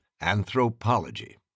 Anthropology